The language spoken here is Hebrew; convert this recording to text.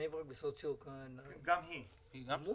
סוציו-אקונומי נמוך?